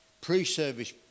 pre-service